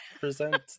present